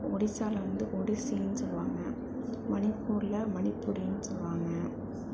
ஒடிசாவில் வந்து ஒடிசின்னு சொல்லுவாங்க மணிப்பூரில் மணிபுடின்னு சொல்லுவாங்க